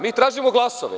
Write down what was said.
Mi tražimo glasove.